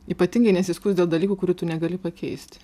ypatingai nesiskųsk dėl dalykų kurių tu negali pakeisti